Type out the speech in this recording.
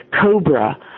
cobra